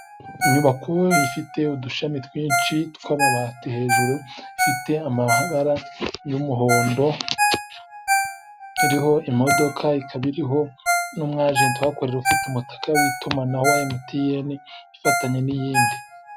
Inyubako ifite udushami twinshi tw'amabati hejuru ifite amabara y'umuhondo, iriho imodoka, ikaba iriho n'umwajenti uhakorera ufite umutaka w'itumanaho wa Emutiyene, ifatanye n'iyindi.